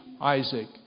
Isaac